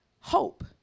hope